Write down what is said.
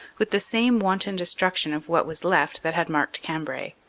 with the same wan ton destruction of what was left that had marked cambrai.